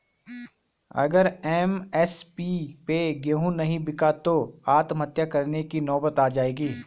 अगर एम.एस.पी पे गेंहू नहीं बिका तो आत्महत्या करने की नौबत आ जाएगी